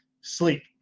Sleep